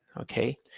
okay